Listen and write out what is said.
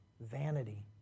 vanity